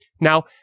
Now